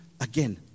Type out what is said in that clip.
again